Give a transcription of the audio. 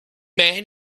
man